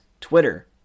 Twitter